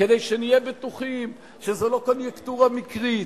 כדי שנהיה בטוחים שזו לא קוניונקטורה מקרית,